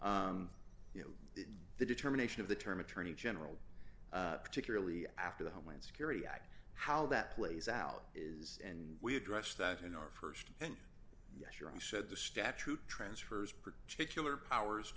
you know the determination of the term attorney general particularly after the homeland security act how that plays out is and we addressed that in our st and yes your he said the statute transfers particular powers